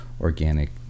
organic